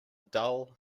dull